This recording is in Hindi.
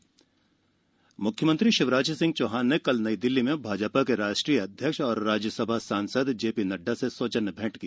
सीएम नडडा मुलाकात मुख्यमंत्री शिवराज सिंह चौहान ने कल नई दिल्ली में भाजपा के राष्ट्रीय अध्यक्ष एवं राज्यसभा सांसद जेपी नड्डा से सौजन्य भेंट की